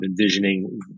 envisioning